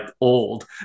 old